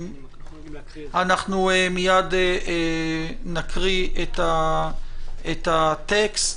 אנחנו מייד נקרא את הטקסט,